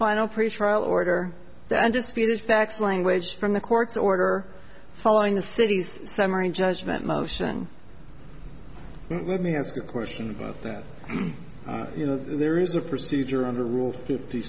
final pretrial order the undisputed facts language from the court's order following the city's summary judgment motion let me ask you a question about that you know there is a procedure under the rule fifty